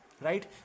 Right